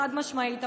חד-משמעית,